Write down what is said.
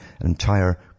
entire